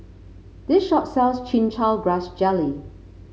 this shop sells Chin Chow Grass Jelly